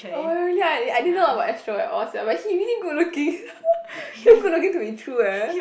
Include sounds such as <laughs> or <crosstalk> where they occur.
oh my god really ah I I didn't know about Astro at all sia but he really good looking <laughs> too good looking to be true eh